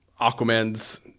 Aquaman's